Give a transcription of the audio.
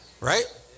Right